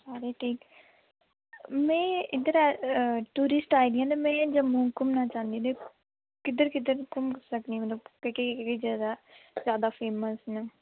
सारे ठीक में इद्धर आई टूरिस्ट आई दियां ते में जम्मू घूमना चांह्दी ते किद्धर किद्धर घूमी सकनी मतलब केह्ड़ी केह्ड़ी जगह ज्यादा फेमस न